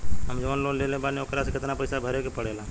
हम जवन लोन लेले बानी वोकरा से कितना पैसा ज्यादा भरे के पड़ेला?